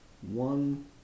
one